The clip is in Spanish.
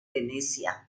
venecia